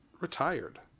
retired